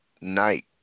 night